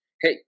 Hey